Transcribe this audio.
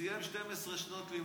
שסיים 12 שנות לימוד,